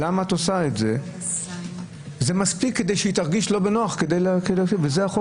זה מספיק כדי שהן ירגישו לא בנוח, וזה החוק